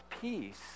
peace